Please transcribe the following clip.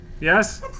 yes